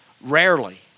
rarely